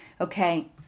okay